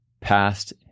past